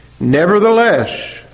Nevertheless